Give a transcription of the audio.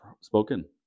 spoken